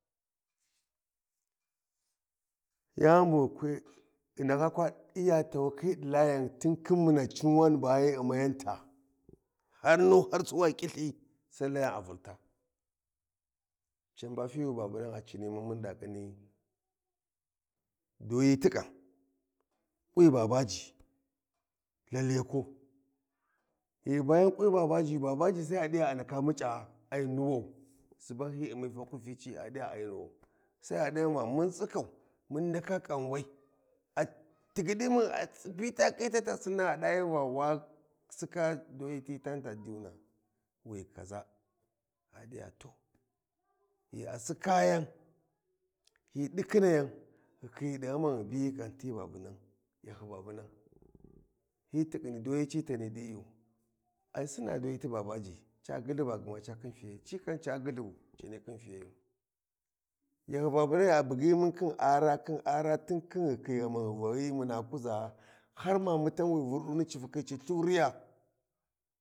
Yani bu ghi kwi ghi ndaka kun Iya tawakhi ɗi Layani tin khin muna cinwa ba hyi ummanyanta har nunu har suwa gha ƙilli sai layan a vultai can be fiwi babunan a cinimun mun ɗa ƙhini doyi ti ƙam, kwi Babaji Leleku ghi bayan kwi Babaji sai Babaji a ɗi va a ndaka muca a ai nuwau suban hyi Ummi Baku fici a ɗi ai nuwau, sai a ɗayan va mun tsikau mun ndaka ƙan wai, a tighiɗmun a biti a ƙ- ƙ- ƙe te ta sinni a ɗaya va wa slka doye ti tani ta diyuna we kaʒa a ɗiya to, ghia a sikayan hi ɗikikhinayan ghi khiyi ɗi ghama ghi biyi ti babunan yahyi babanan, hyi tikhini doyo ci tani ɗi yu ai sina dai ti Babaji ca ghulba gma ca khin fiyai, ci kan ca ghullubu gma ca ni khin fiyayu Yahyi babunan ghi a kugi mun khin ara khin ara tin khin ghi khi ghama ni muna kuʒa’a har mamutan wi Vurɗuni ci fakhi ci lyhuriya.